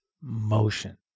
motion